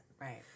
Right